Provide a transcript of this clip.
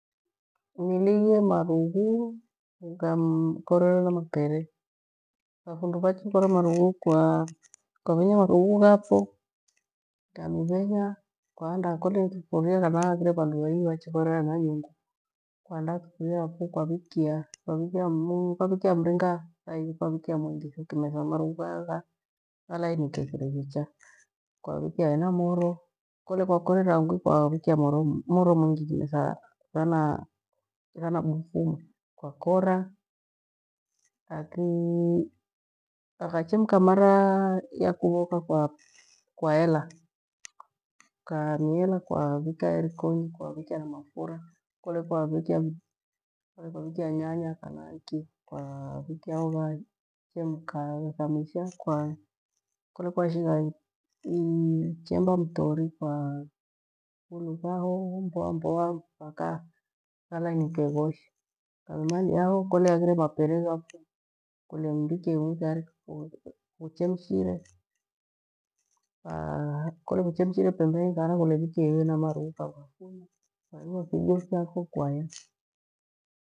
Nilighie marughu ghakorerwe na mapere, thafundu ghachi korwa marughu, kwa Venya marughu ghapho ukamiwvenya kwaandaa thufuria kana haghire vandu vengi vachiikore ra hena nyungu kwavikia mringa thaithi kwarikia mwingi tho kimethamafughu ghaya ghalainike kindo kicha kwavikia hana muro kole kwa kurera ngwi kwarikia moro mwingi kimetha ghana bufuma kwakora, ghakachemka mara ya kuvoka kwaela ukamiela kwavika herikonyi kwa vikiana mafura kole kwa vikia nyanya kole iki kwa vikia ho ghachemka ghakamisha kole kwashingha ichemba motori kwa hulugha ho mboamboa mpaka ghalainike ghoshe ukamimalia ho kole haghire mapere ghafo kule vike ingiu tayari kuchemshire kole kuchemshire ho pembeni kana kwikie hena marughu ukaghafua kwarehua kijo chafo kwaya.